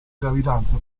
gravidanza